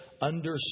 understood